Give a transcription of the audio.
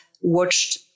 watched